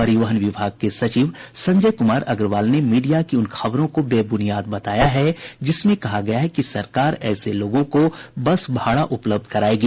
परिवहन विभाग के सचिव संजय कुमार अग्रवाल ने मीडिया की उन खबरों को बेबुनियाद बताया है जिसमें कहा गया है कि सरकार ऐसे लोगों को बस भाड़ा उपलब्ध करायेगी